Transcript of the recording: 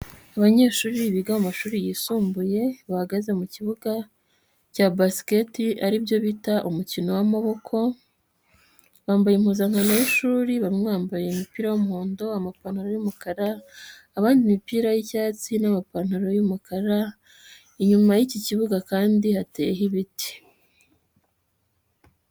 Abanyeshuri biga mu mashuri yisumbuye bahagaze mu kibuga cya basiketiboro aribyo bita umukino w'amaboko bambaye impuzankano y'ishuri bamwe bambaye umupira w'umuhondo amapantaro y'umukara abandi imipira y'icyatsi n'amapantaro y'umukara inyuma y'iki kibuga kandi hateye ibiti.